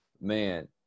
man